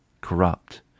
corrupt